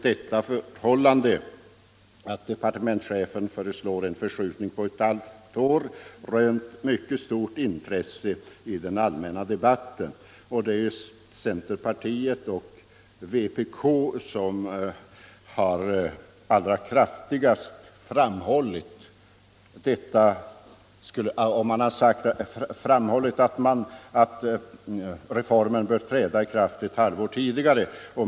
Det förhållandet att departementschefen föreslår en förskjutning på ett halvt år har rönt mycket stort intresse i den allmänna debatten. Det är centerpartiet och vpk som allra kraftigast hävdat att reformen bör träda i kraft tidigare.